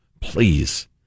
Please